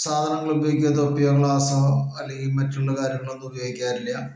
സാധനങ്ങൾ ഉപയോഗിക്കുന്ന തൊപ്പിയോ ഗ്ലാസ്സോ അല്ലെങ്കിൽ മറ്റുള്ള കാര്യങ്ങളോ ഒന്നും ഉപയോഗിക്കാറില്ല